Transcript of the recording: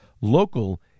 Local